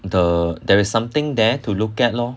the there's something there to look at lor